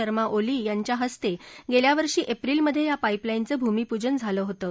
शर्मा ओली यांच्या हस्ते गेल्यावर्षी एप्रिलमधे या पाईपलाईनचं भूमीपूजन झालं होतं